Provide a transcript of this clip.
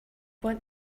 want